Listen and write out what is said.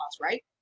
right